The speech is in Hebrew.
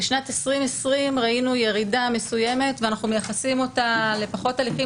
בשנת 2020 ראינו ירידה מסוימת ואנחנו מייחסים אותה לפחות הליכים,